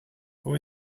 who